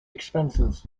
expenses